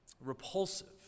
repulsive